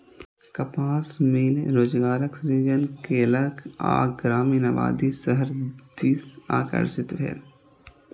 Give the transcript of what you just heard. कपास मिल रोजगारक सृजन केलक आ ग्रामीण आबादी शहर दिस आकर्षित भेल